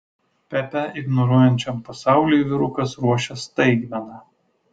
pepę ignoruojančiam pasauliui vyrukas ruošia staigmena